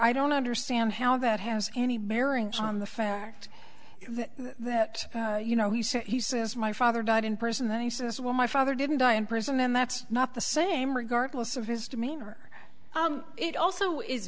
i don't understand how that has any bearing on the fact that you know he said he says my father died in prison that he says when my father didn't die in prison and that's not the same regardless of his demeanor it also is